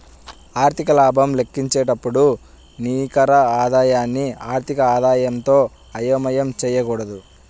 ఆర్థిక లాభం లెక్కించేటప్పుడు నికర ఆదాయాన్ని ఆర్థిక ఆదాయంతో అయోమయం చేయకూడదు